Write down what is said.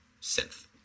synth